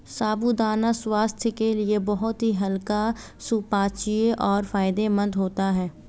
साबूदाना स्वास्थ्य के लिए बहुत ही हल्का सुपाच्य और फायदेमंद होता है